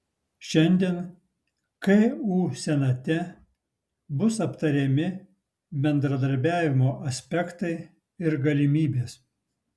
šiandien ku senate bus aptariami bendradarbiavimo aspektai ir galimybės